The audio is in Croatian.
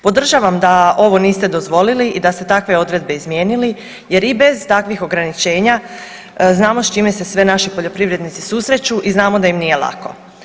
Podržavam da ovo niste dozvolili i da ste takve odredbe izmijenili jer i bez takvih ograničenja znamo s čime se sve naši poljoprivrednici susreću i znamo da im nije lako.